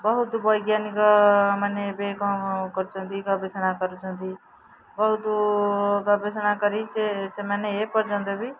ବହୁତ ବୈଜ୍ଞାନିକ ମାନେ ଏବେ କ'ଣ କରୁଛନ୍ତି ଗବେଷଣା କରୁଛନ୍ତି ବହୁତ ଗବେଷଣା କରି ସେ ସେମାନେ ଏ ପର୍ଯ୍ୟନ୍ତ ବି